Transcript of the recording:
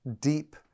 deep